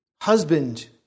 husband